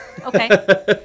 Okay